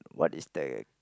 what is that